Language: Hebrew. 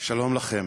לכם.